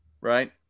right